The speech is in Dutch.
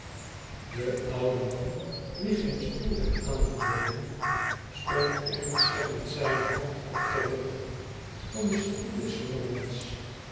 de oude man wien geen stoel werd aangeboden stond ernstig met zijne hand op den rug van den stoel des